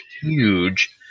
huge